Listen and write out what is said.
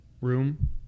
room